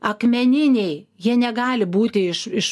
akmeniniai jie negali būti iš iš